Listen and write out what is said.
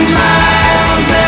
miles